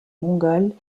mongoles